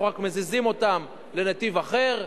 אנחנו רק מזיזים אותן לנתיב אחר,